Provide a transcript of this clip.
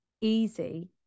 easy